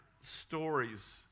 stories